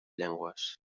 llengües